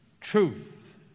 Truth